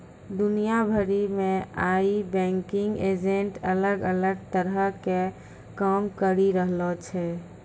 दुनिया भरि मे आइ बैंकिंग एजेंट अलग अलग तरहो के काम करि रहलो छै